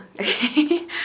okay